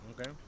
Okay